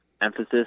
emphasis